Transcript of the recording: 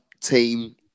team